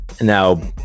Now